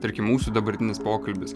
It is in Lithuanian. tarkim mūsų dabartinis pokalbis